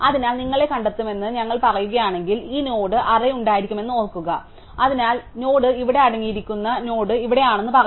അതിനാൽ നിങ്ങളെ കണ്ടെത്തുമെന്ന് ഞങ്ങൾ പറയുകയാണെങ്കിൽ ഈ നോഡ് അറേ ഉണ്ടായിരിക്കുമെന്ന് ഓർക്കുക അതിനാൽ നിങ്ങളുടെ നോഡ് ഇവിടെ അടങ്ങിയിരിക്കുന്ന നോഡ് ഇവിടെയാണെന്ന് പറയും